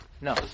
No